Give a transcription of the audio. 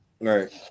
Right